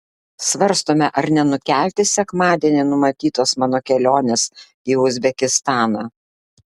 svarstome ar nenukelti sekmadienį numatytos mano kelionės į uzbekistaną